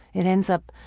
it ends up